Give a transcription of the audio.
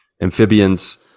amphibians